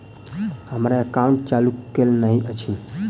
हम्मर एकाउंट चालू केल नहि अछि?